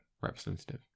representative